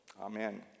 Amen